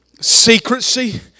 Secrecy